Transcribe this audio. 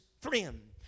friend